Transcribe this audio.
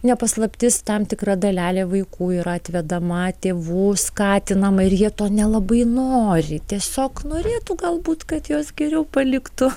ne paslaptis tam tikra dalelė vaikų yra atvedama tėvų skatinama ir jie to nelabai nori tiesiog norėtų galbūt kad juos geriau paliktų